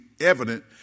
evident